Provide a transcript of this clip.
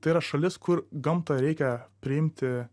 tai yra šalis kur gamtą reikia priimti